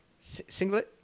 Singlet